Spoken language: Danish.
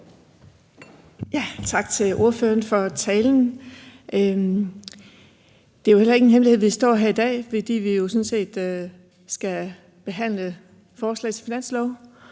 Tak til ordføreren for talen. Det er jo ikke en hemmelighed, at vi står her i dag, fordi vi sådan set skal behandle forslaget til finanslov.